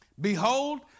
Behold